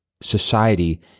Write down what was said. society